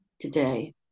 today